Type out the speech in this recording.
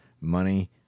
money